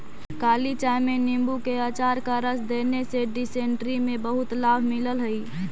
काली चाय में नींबू के अचार का रस देने से डिसेंट्री में बहुत लाभ मिलल हई